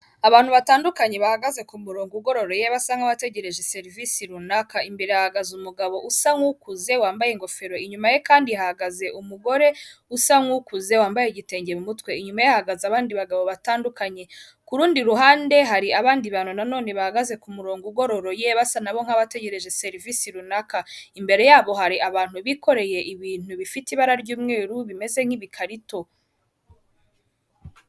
Abantu batandukanye bahagaze ku murongo ugororoye basa nk'aho bategereje serivisi runaka, imbere hagaze umugabo usa nk'ukuze wambaye ingofero inyuma ye kandi hahagaze umugore usa nk'ukuze wambaye igitenge mu mutwe. Inyuma hahagaze abandi bagabo batandukanye, ku rundi ruhande hari abandi bantu nanone bahagaze ku murongo ugororoye basa na bo nk'abategereje serivisi runaka. Imbere yabo hari abantu bikoreye ibintu bifite ibara ry'umweru bimeze nk'ibikarito.